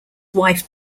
wife